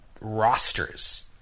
rosters